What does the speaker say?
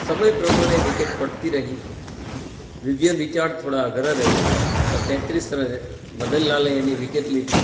સમય પ્રમાણે વિકેટ પડતી રહી વિવયન રિચાર્ડ થોડા અઘરા રહ્યા પણ તેત્રીસ રને મદનલાલે એની વિકેટ લીધી